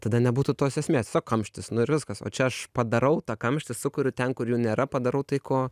tada nebūtų tos esmės tiesiog kamštis nu ir viskas o čia aš padarau tą kamštį sukuriu ten kur jų nėra padarau tai ko